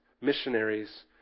missionaries